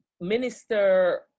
Minister